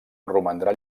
romandrà